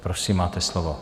Prosím, máte slovo.